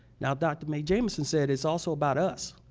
now, dr. mae jameson said it's also about us.